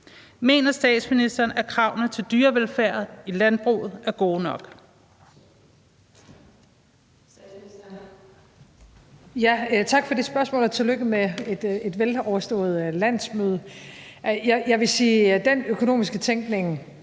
Mener statsministeren, at kravene til dyrevelfærdet i landbruget er gode nok?